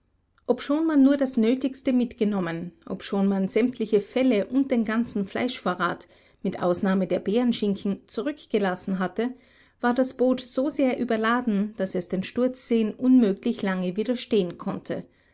obschon man nur das nötigste mitgenommen obschon man sämtliche felle und den ganzen fleischvorrat mit ausnahme der bärenschinken zurückgelassen hatte war das boot so sehr überladen daß es den sturzseen unmöglich lange widerstehen konnte